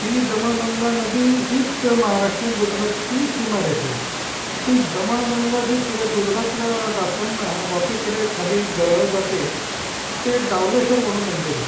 ती दमणगंगा नदी हीच महाराष्ट्र आणि गुजरातची सीमारेषा आहे तर ती दमणगंगा जी पुढे गुजरातला जाताना वापीकडे खाली घरळत जाते तिथे एक दावलेश्वर म्हणू मंदिर आहे